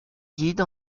guide